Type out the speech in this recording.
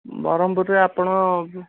ବ୍ରହ୍ମପୁରରେ ଆପଣ